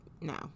no